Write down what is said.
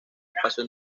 espacio